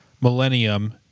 millennium